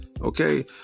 Okay